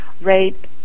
rape